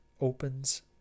opens